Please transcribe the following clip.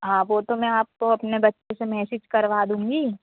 हाँ वो तो मैं आपको अपने बच्चे से मैसेज करवा दूंगी